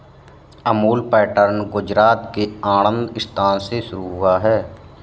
Amul pattern Gujarat के आणंद स्थान से शुरू हुआ है